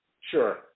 sure